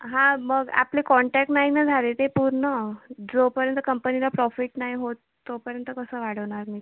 हां मग आपले कॉन्टॅक नाही ना झाले ते पूर्ण जोपर्यंत कंपनीला प्रॉफिट नाही होत तोपर्यंत कसं वाढवणार मी